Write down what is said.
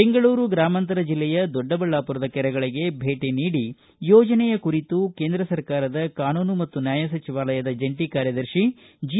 ಬೆಂಗಳೂರು ಗ್ರಾಮಾಂತರ ಜಿಲ್ಲೆಯ ದೊಡ್ಡಬಳ್ಳಾಪುರದ ಕೆರೆಗಳಿಗೆ ಭೇಟಿ ನೀಡಿ ಯೋಜನೆಯ ಕುರಿತು ಕೇಂದ್ರ ಸರ್ಕಾರದ ಕಾನೂನು ಮತ್ತು ನ್ಹಾಯ ಸಚಿವಾಲಯದ ಜಂಟಿ ಕಾರ್ಯದರ್ಶಿ ಜಿ